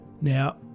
now